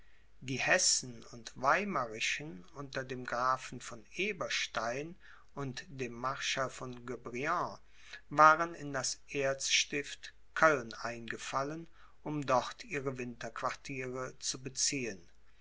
die hessen und weimarischen unter dem grafen von eberstein und dem marschall von guebriant waren in das erzstift köln eingefallen um dort ihre winterquartiere zu beziehen